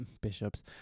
Bishops